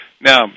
Now